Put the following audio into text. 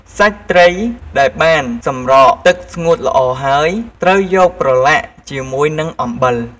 សាច់ត្រីដែលបានសម្រក់ទឹកស្ងួតល្អហើយ ត្រូវយកប្រឡាក់ជាមួយនឹងអំបិល។